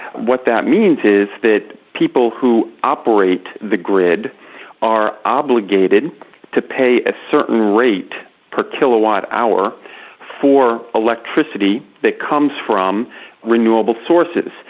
what that means is that people who operate the grid are obligated to pay a certain rate per kilowatt-hour for electricity that comes from renewable sources.